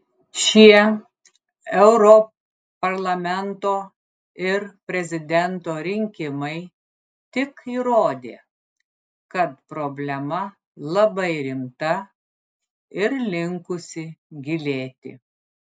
šie europarlamento ir prezidento rinkimai tik įrodė kad problema labai rimta ir linkusi gilėti